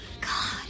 God